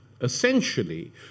essentially